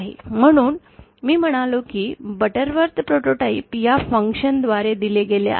म्हणून मी म्हणालो की बटरवर्थ प्रोटोटाइप या फंक्शन द्वारे दिले गेले आहेत